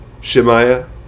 Shemaiah